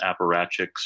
apparatchiks